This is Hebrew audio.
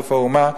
בגוף האומה,